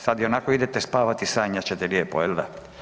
Sad ionako idete spavati i sanjat ćete lijepo, jel da?